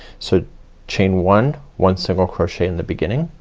so chain one, one single crochet in the beginning.